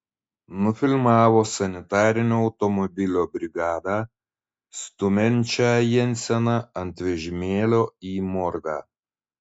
nufilmavo sanitarinio automobilio brigadą stumiančią jenseną ant vežimėlio į morgą